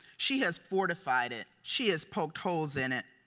she has fortified it. she has poked holes in it.